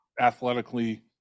athletically